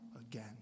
again